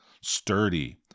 sturdy